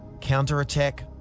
counterattack